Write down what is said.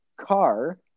car